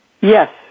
Yes